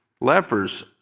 lepers